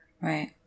right